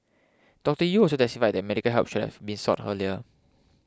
Doctor Yew also testified that medical help should have been sought earlier